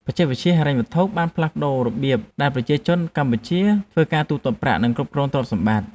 បច្ចេកវិទ្យាហិរញ្ញវត្ថុបានផ្លាស់ប្តូររបៀបដែលប្រជាជនកម្ពុជាធ្វើការទូទាត់ប្រាក់ និងគ្រប់គ្រងទ្រព្យសម្បត្តិ។